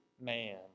man